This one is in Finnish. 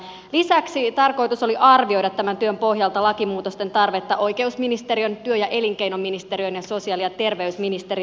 lisäksi tarkoitus oli arvioida tämän työn pohjalta lakimuutosten tarvetta oikeusministeriön työ ja elinkeinoministeriön ja sosiaali ja terveysministeriön kesken